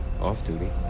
off-duty